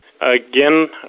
Again